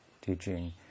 teaching